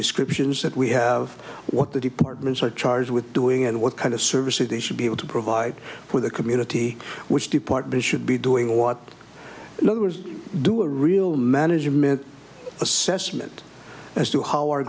descriptions that we have what the departments are charged with doing and what kind of services they should be able to provide for the community which department should be doing what numbers do a real management assessment as to how our